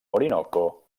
orinoco